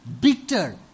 bitter